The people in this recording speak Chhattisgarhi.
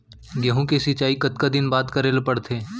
गेहूँ के सिंचाई कतका दिन बाद करे ला पड़थे?